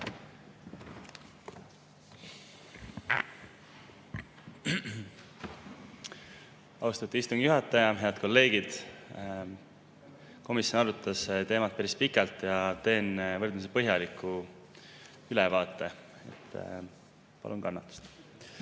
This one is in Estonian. Austatud istungi juhataja! Head kolleegid! Komisjon arutas teemat päris pikalt. Teen võrdlemisi põhjaliku ülevaate, palun kannatust.